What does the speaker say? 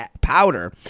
powder